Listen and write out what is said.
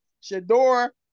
Shador